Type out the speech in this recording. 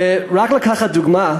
רק לקחת דוגמה,